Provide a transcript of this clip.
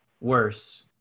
worse